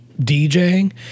DJing